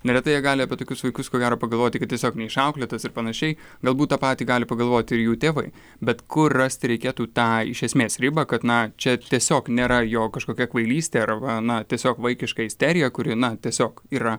neretai jie gali apie tokius vaikus ko gero pagalvoti kad tiesiog neišauklėtas ir panašiai galbūt tą patį gali pagalvoti ir jų tėvai bet kur rasti reikėtų tą iš esmės ribą kad na čia tiesiog nėra jo kažkokia kvailystė ar va na tiesiog vaikiška isterija kuri na tiesiog yra